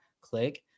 click